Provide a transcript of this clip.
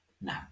No